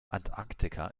antarktika